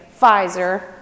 Pfizer